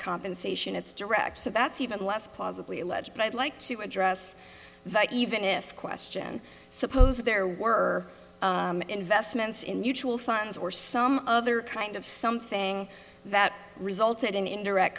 compensation it's direct so that's even less plausibly alleged but i'd like to address that even if question suppose there were investments in mutual funds or some other kind of something that resulted in indirect